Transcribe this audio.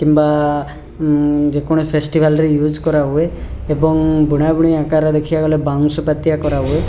କିମ୍ବା ଯେକୌଣସି ଫେଷ୍ଟିଭାଲ୍ରେ ୟୁଜ୍ କରାହୁଏ ଏବଂ ବୁଣାବୁଣି ଆକାରରେ ଦେଖିବାକୁ ଗଲେ ବାଉଁଶ ପତିଆ କରାହୁଏ